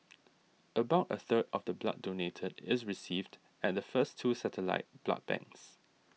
about a third of the blood donated is received at the first two satellite blood banks